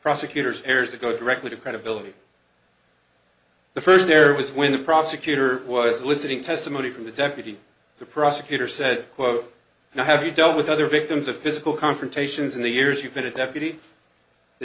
prosecutor's errors to go directly to credibility the first there was when the prosecutor was listening to testimony from the deputy the prosecutor said quote now have you dealt with other victims of physical confrontations in the years you've been a deputy the